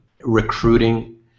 recruiting